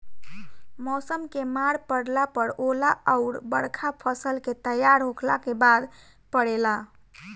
मौसम के मार पड़ला पर ओला अउर बरखा फसल के तैयार होखला के बाद पड़ेला